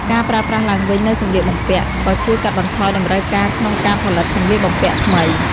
ការប្រើប្រាស់ឡើងវិញនូវសម្លៀកបំពាក់ ក៏ជួយកាត់បន្ថយតម្រូវការក្នុងការផលិតសម្លៀកបំពាក់ថ្មី។